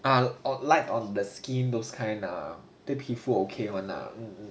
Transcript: I'll or light on the skin those kind lah 对皮肤 okay [one] lah